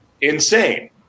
insane